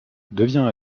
devient